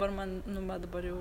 dabar man nu ma dabar jau